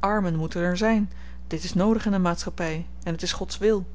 armen moeten er zyn dit is noodig in de maatschappy en t is gods wil